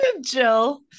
Jill